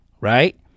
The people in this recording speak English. right